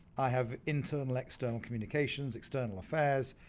i have internal, external communications, external affairs,